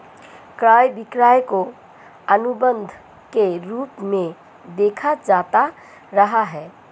क्रय विक्रय को अनुबन्ध के रूप में देखा जाता रहा है